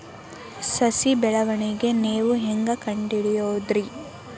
ಸಸಿ ಬೆಳವಣಿಗೆ ನೇವು ಹ್ಯಾಂಗ ಕಂಡುಹಿಡಿಯೋದರಿ?